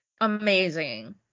amazing